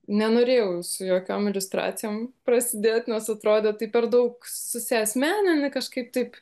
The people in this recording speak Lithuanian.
nenorėjau su jokiom iliustracijom prasidėt nes atrodė tai per daug susiasmenini kažkaip taip